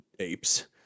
apes